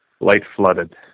light-flooded